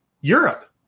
Europe